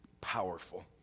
powerful